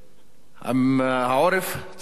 העורף צריך אכן הגנה,